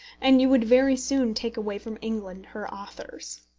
and you would very soon take away from england her authors.